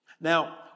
Now